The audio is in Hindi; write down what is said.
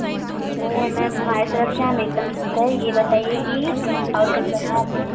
ऐसा कुछ नही है मैम हमारी तरफ से एकदम शुद्ध है ये बताइए कि और कहीं जाना है आपको